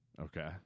Okay